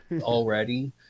Already